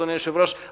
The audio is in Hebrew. אדוני היושב-ראש,